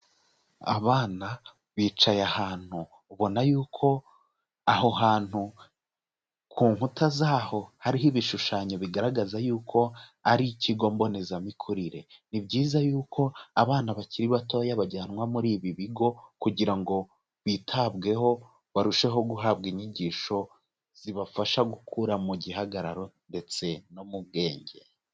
Abana bicaye ahantu ubona yuko aho hantu ku nkuta zaho hariho ibishushanyo bigaragaza yuko ari ikigo mbonezamikurire. Ni byiza yuko abana bakiri batoya bajyanwa muri ibi bigo, kugira ngo bitabweho, barusheho guhabwa inyigisho zibafasha gukura mu gihagararo ndetse no mu bwenge.